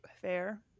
fair